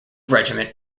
regiment